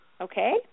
Okay